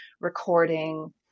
recording